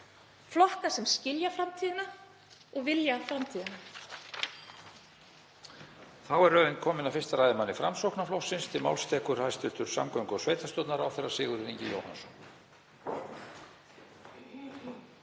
flokka sem skilja framtíðina og vilja framtíðina.